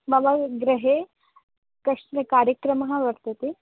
मम गृहे कश्चन कार्यक्रमः वर्तते